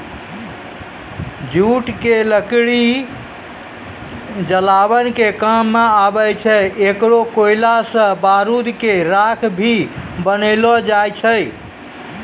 jute के लकड़ी जलावन के काम मॅ आवै छै, एकरो कोयला सॅ बारूद के राख भी बनैलो जाय छै